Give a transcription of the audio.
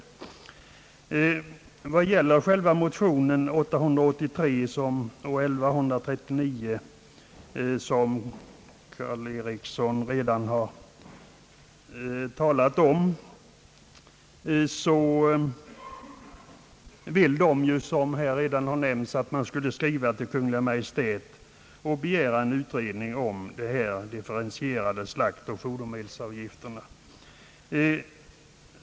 Herr Karl-Erik Eriksson har redan talat om motionerna 883 i första kammaren och 1139 i andra kammaren. Motionärerna vill, såsom redan har nämnts, att man skall skriva till Kungl. Maj:t och begära en utredning om de differentierade slaktdjursoch fodermedelsavgifterna.